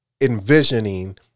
envisioning